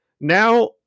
now